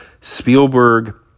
Spielberg